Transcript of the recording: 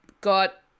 got